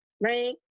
right